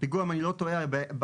הפיגוע אם אני לא טועה, היה ב-9:00,